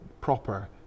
proper